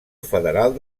federal